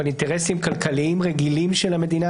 אבל אינטרסים כלכליים רגילים של המדינה,